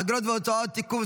אגרות והוצאות (תיקון,